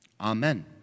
Amen